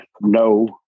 no